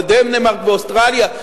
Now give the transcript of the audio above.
בדנמרק ואוסטרליה,